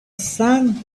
sand